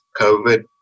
COVID